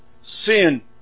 Sin